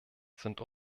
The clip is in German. sind